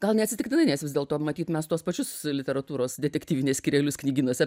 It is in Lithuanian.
gal neatsitiktinai nes vis dėlto matyt mes tuos pačius literatūros detektyvinis skyrelius knygynuose